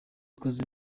ikoze